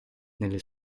nelle